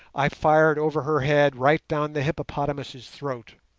i fired over her head right down the hippopotamus's throat.